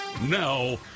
Now